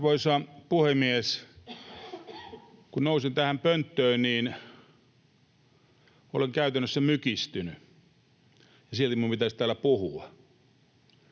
Arvoisa puhemies! Kun nousin tähän pönttöön, niin olen käytännössä mykistynyt, ja silti minun pitäisi täällä puhua.